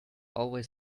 always